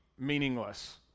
meaningless